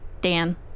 Dan